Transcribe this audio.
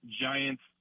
Giants